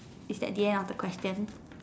is that the end of the question